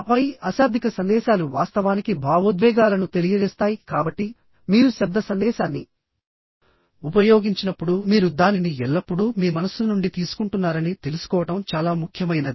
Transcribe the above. ఆపై అశాబ్దిక సందేశాలు వాస్తవానికి భావోద్వేగాలను తెలియజేస్తాయి కాబట్టి మీరు శబ్ద సందేశాన్ని ఉపయోగించినప్పుడు మీరు దానిని ఎల్లప్పుడూ మీ మనస్సు నుండి తీసుకుంటున్నారని తెలుసుకోవడం చాలా ముఖ్యమైనది